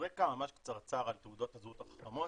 רקע ממש קצרצר על תעודות הזהות החכמות.